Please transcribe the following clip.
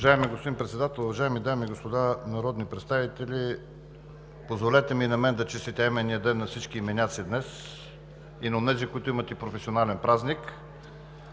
Уважаеми господин Председател, уважаеми дами и господа народни представители! Позволете ми и на мен да честитя именния ден на всички именяци днес и на онези, които имат и професионален празник.